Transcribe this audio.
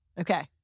Okay